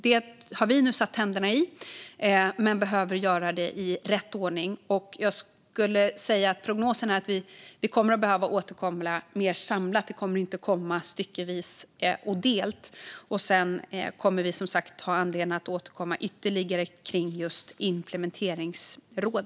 Vi har nu satt tänderna i detta, men vi behöver göra det i rätt ordning. Vi kommer att behöva återkomma mer samlat, inte styckevis och delt. Vi kommer också att återkomma i frågan om ett implementeringsråd.